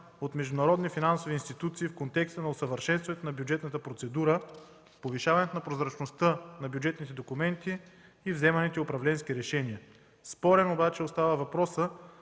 от международни финансови институции в контекста на усъвършенстването на бюджетната процедура, повишаването прозрачността на бюджетните документи и вземаните управленски решения. Спорен обаче остава въпросът